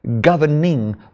governing